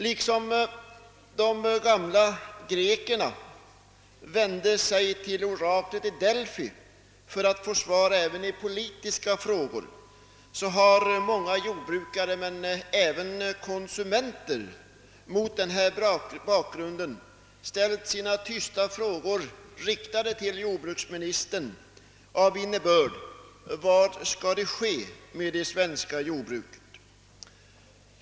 Liksom de gamla grekerna vände sig till oraklet i Delfi för att få svar även i politiska frågor har många jordbrukare men också konsumenter mot denna bakgrund ställt sina tysta frågor till jordbruksministern av innebörd: Vad skall ske med det svenska jordbruket?